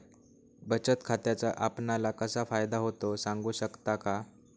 बचत खात्याचा आपणाला कसा फायदा होतो? सांगू शकता का?